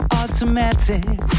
automatic